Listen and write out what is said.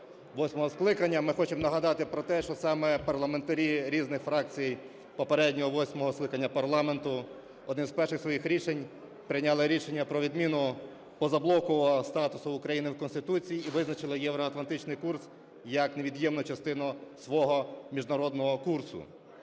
ми хочемо нагадати про те, що саме парламентарі різних фракцій попереднього, восьмого скликання парламенту, одним з перших своїх рішень прийняли рішення про відміну позаблокового статусу України в Конституції і визначали євроатлантичний курс як невід'ємну частину свого міжнародного курсу.